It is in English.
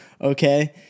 okay